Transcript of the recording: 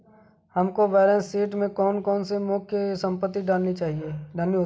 हमको balance sheet में कौन कौन सी मुख्य संपत्ति डालनी होती है?